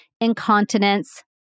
incontinence